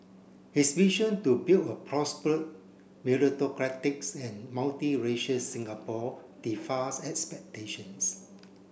his vision to build a meritocratic and multiracial Singapore expectations